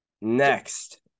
next